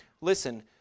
listen